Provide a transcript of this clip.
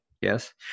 Yes